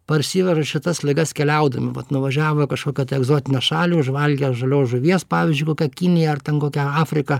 parsiveža šitas ligas keliaudami vat nuvažiavo į kažkokią tai egzotinę šalį užvalgę žalios žuvies pavyzdžiui kokia kinija ar ten kokia afrika